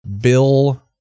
Bill